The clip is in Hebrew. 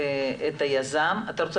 אני רוצה